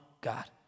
God